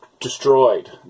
destroyed